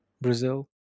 Brazil